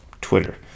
Twitter